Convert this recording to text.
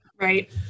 right